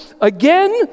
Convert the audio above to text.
again